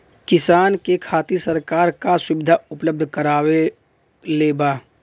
किसान के खातिर सरकार का सुविधा उपलब्ध करवले बा?